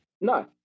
No